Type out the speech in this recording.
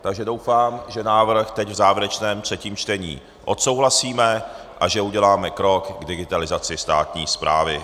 Takže doufám, že návrh teď v závěrečném třetím čtení odsouhlasíme a že uděláme krok k digitalizaci státní správy.